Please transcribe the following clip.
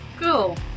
Cool